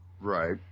Right